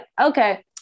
okay